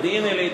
מודיעין-עילית,